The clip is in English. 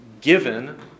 given